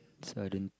so I didn't